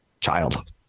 Child